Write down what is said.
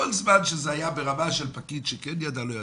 כל זמן שזה היה ברמה של פקיד שכן ידע או לא ידע.